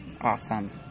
Awesome